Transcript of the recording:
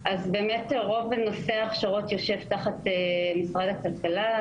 רוב נושא ההכשרות יושב תחת זרוע העבודה במשרד הכלכלה.